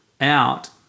out